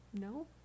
no